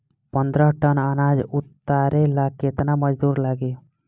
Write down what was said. पन्द्रह टन अनाज उतारे ला केतना मजदूर लागी?